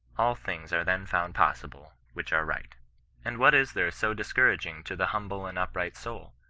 all things are then found possible, which are right and what is there so discouraging to the humble and upright soul?